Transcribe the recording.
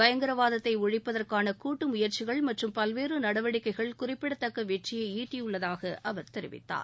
பயங்கரவாதத்தை ஒழிப்பதற்கான கூட்டு முயற்சிகள் மற்றும் பல்வேறு நடவடிக்கைகள் குறிப்பிட தக்க வெற்றியை ஈட்டியுள்ளதாக அவர் தெரிவித்தார்